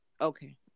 Okay